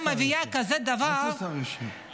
הייתה מביאה כזה דבר, איזה שר יושב פה?